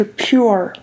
pure